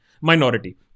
Minority